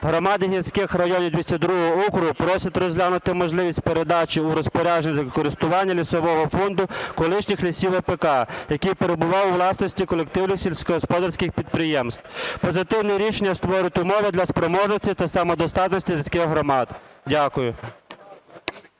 Громади гірських районів 202 округу просять розглянути можливість передачі в розпорядження (користування) лісового фонду колишніх лісів АПК, які перебували у власності колективів сільськогосподарських підприємств. Позитивне рішення створить умови для спроможності та самодостатності сільських громад. Дякую.